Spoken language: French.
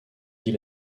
dit